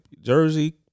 Jersey